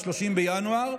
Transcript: ב-30 בינואר,